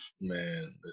man